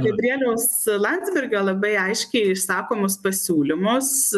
gabrieliaus landsbergio labai aiškiai išsakomus pasiūlymus